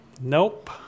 Nope